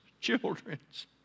children's